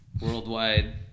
worldwide